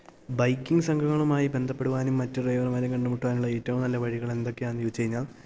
biking സംഘങ്ങളുമായി ബന്ധപ്പെടുവാനും മറ്റ് ഡ്രൈവർമാരെ കണ്ടുമുട്ടാനുള്ള ഏറ്റവും നല്ല വഴികളെന്തൊക്കെയാണെന്ന് ചോദിച്ചുകഴിഞ്ഞാല്